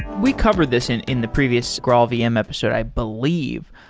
we covered this in in the previous graalvm episode i believe,